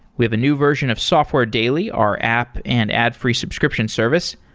we have a new version of software daily, our app and ad-free subscription service.